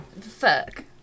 fuck